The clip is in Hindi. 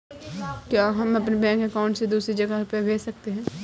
क्या हम अपने बैंक अकाउंट से दूसरी जगह रुपये भेज सकते हैं?